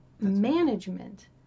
management